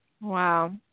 Wow